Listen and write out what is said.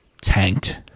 tanked